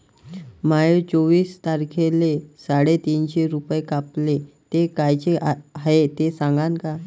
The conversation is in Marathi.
माये चोवीस तारखेले साडेतीनशे रूपे कापले, ते कायचे हाय ते सांगान का?